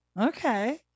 okay